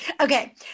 Okay